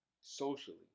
socially